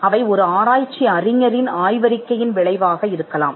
அவை ஒரு ஆராய்ச்சி அறிஞரின் ஆய்வறிக்கையின் விளைவாக இருக்கலாம்